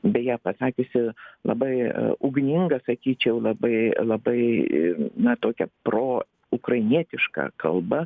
beje pasakiusi labai ugningą sakyčiau labai labai na tokią pro ukrainietišką kalbą